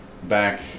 back